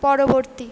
পরবর্তী